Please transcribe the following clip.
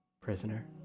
prisoner